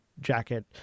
jacket